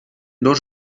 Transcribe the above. dos